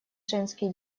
женский